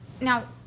Now